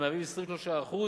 שהם 23%